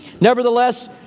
Nevertheless